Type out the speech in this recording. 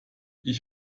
ich